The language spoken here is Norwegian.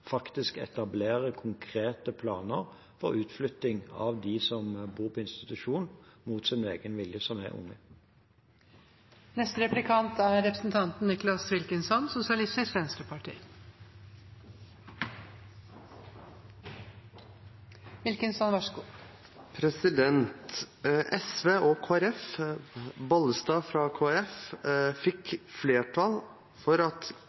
faktisk etablerer konkrete planer for utflytting av dem som er unge, og som bor på institusjon mot sin vilje. SV og Bollestad fra Kristelig Folkeparti hadde et forslag om at